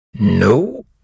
No